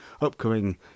upcoming